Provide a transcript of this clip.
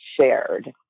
shared